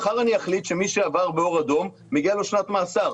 מחר אני אחליט שמי שעבר באור אדום מגיעה לו שנת מאסר.